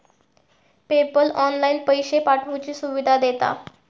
PayPal online पैशे पाठवुची सुविधा देता